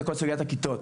כל סוגיית הכיתות.